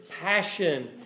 passion